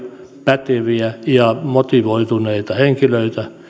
päteviä ja motivoituneita henkilöitä